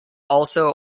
also